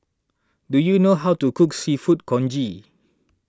do you know how to cook Seafood Congee